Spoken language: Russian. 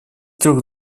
трех